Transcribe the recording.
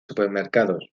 supermercados